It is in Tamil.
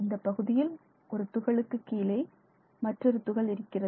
இந்தப் பகுதியில் ஒரு துகளுக்கு கீழே மற்றொரு துகள் இருக்கிறது